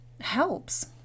helps